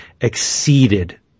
exceeded